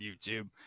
YouTube